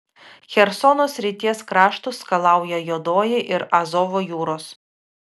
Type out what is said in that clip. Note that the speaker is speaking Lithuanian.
chersono srities kraštus skalauja juodoji ir azovo jūros